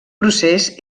procés